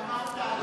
מכיוון שאמרת,